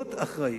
מנהיגות אחראית.